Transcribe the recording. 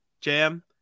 Jam